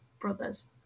Brothers